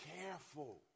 careful